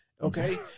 Okay